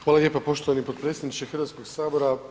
Hvala lijepa poštovani potpredsjedniče Hrvatskog sabora.